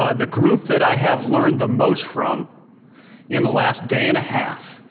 um the group that i have learned the most from in the last day and a half